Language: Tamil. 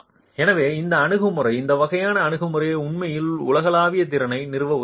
எனவே இந்த அணுகுமுறை இந்த வகையான அணுகுமுறை உண்மையில் உலகளாவிய திறனை நிறுவ உதவுகிறது